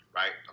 right